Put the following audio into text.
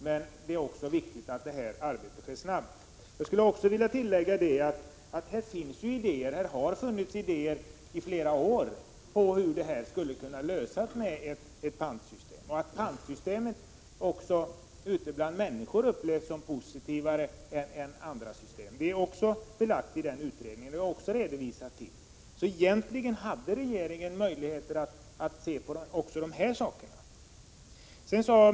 Men det är också viktigt att detta arbete sker skyndsamt. Jag vill även tillägga att det finns idéer, och har funnits i flera år, om hur man skulle kunna lösa detta problem genom ett pantsystem. Pantsystemet upplevs ute bland människor mer positivt än andra system. Det är också belagt i den utredning som jag har refererat till. Således hade regeringen möjligheter att se på också dessa saker.